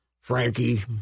Frankie